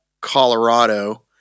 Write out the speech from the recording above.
Colorado